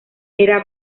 era